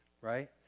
right